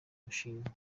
gushingwa